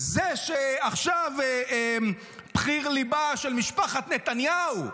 זה שעכשיו בחיר ליבה של משפחת נתניהו,